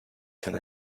can